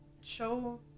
show